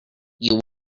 you